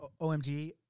OMG